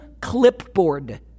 clipboard